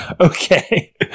Okay